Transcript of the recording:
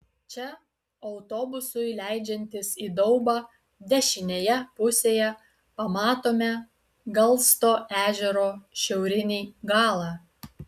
čia autobusui leidžiantis į daubą dešinėje pusėje pamatome galsto ežero šiaurinį galą